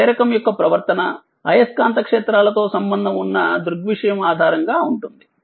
ప్రేరకం యొక్క ప్రవర్తనఅయస్కాంత క్షేత్రాలతో సంబంధం ఉన్న దృగ్విషయం ఆధారంగా ఉంటుంది